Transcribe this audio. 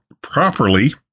properly